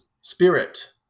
spirit